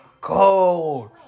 Cold